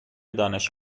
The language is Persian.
دانش